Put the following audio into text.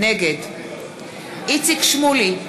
נגד איציק שמולי,